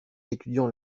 étudiant